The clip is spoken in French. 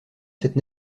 cette